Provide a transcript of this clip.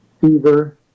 fever